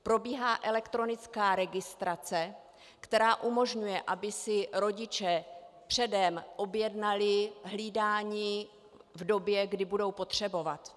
Probíhá elektronická registrace, která umožňuje, aby si rodiče předem objednali hlídání v době, kdy budou potřebovat.